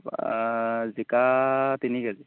জিকা তিনি কেজি